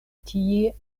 tie